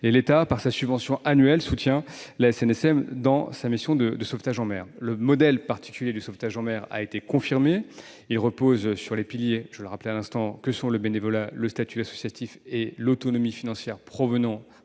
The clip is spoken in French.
L'État, par sa subvention annuelle, soutient la SNSM dans sa mission de sauvetage en mer. Le modèle particulier du sauvetage en mer a été confirmé. Il repose sur les piliers- je les ai rappelés il y a un instant -que sont le bénévolat, le statut associatif et l'autonomie financière résultant